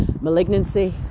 malignancy